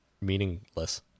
meaningless